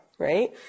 Right